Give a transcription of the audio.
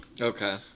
Okay